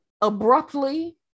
abruptly